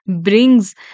brings